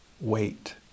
wait